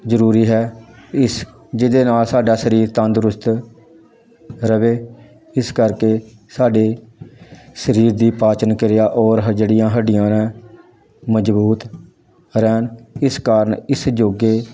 ਜ਼ਰੂਰੀ ਹੈ ਇਸ ਜਿਹਦੇ ਨਾਲ ਸਾਡਾ ਸਰੀਰ ਤੰਦਰੁਸਤ ਰਹੇ ਇਸ ਕਰਕੇ ਸਾਡੇ ਸਰੀਰ ਦੀ ਪਾਚਨ ਕਿਰਿਆ ਔਰ ਜਿਹੜੀਆਂ ਹੱਡੀਆਂ ਨੇ ਮਜ਼ਬੂਤ ਰਹਿਣ ਇਸ ਕਾਰਨ ਇਸ ਯੋਗਾ